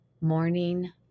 Morning